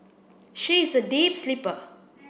she is a deep sleeper